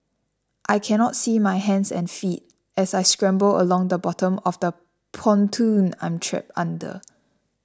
I cannot see my hands and feet as I scramble along the bottom of the pontoon I'm trapped under